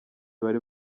bari